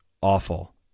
awful